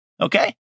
Okay